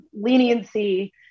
leniency